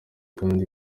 kandi